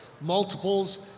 multiples